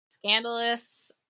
scandalous